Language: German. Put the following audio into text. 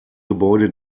gebäude